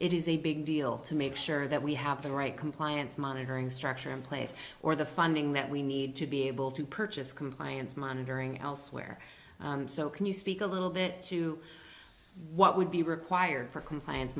is a big deal to make sure that we have the right compliance monitoring structure in place or the funding that we need to be able to purchase compliance monitoring elsewhere so can you speak a little bit to what would be required for compliance